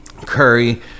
curry